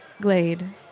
Glade